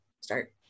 start